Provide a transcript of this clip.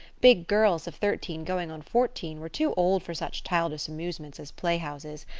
big girls of thirteen, going on fourteen, were too old for such childish amusements as playhouses,